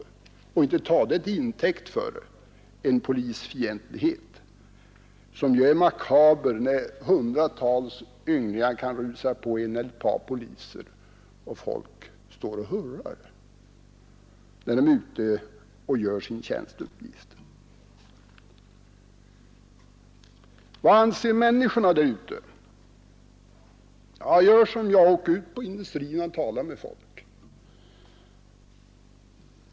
Sådana fall får inte tas till intäkt för en polisfientlighet, som ter sig rent makaber när hundratals ynglingar kan rusa på en eller ett par poliser — samtidigt som folk står och hurrar — som bara fullgör sin tjänsteuppgift. Vad anser då människorna runt om oss? Gör som jag brukar göra, åk ut till industrierna och tala med folk.